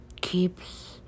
keeps